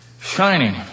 Shining